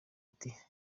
ati